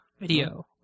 Video